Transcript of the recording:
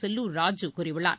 செல்லூர் ராஜூ கூறியுள்ளார்